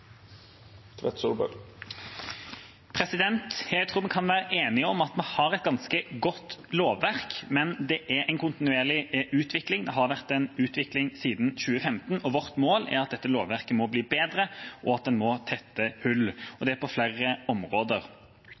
Jeg tror vi kan være enige om at vi har et ganske godt lovverk, men det er en kontinuerlig utvikling. Det har vært en utvikling siden 2015, og vårt mål er at dette lovverket må bli bedre, og at en må tette hull – og det på flere områder.